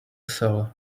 sell